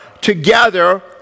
together